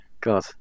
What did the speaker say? God